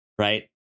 right